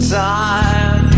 time